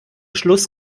schluss